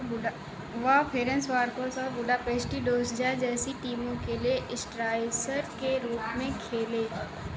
बुडा वा फेरेंस वार्कोस और बुडापेस्टी डोस्जा जैसी टीमों के लिए स्ट्रासर के रूप में खेले